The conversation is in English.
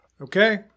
Okay